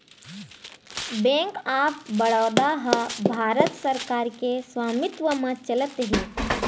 bank of Baroda ह भारत सरकार के स्वामित्व म चलत हे